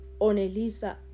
Onelisa